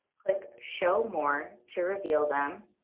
click show more to reveal them,